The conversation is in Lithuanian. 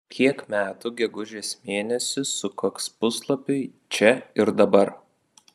kiek metų gegužės mėnesį sukaks puslapiui čia ir dabar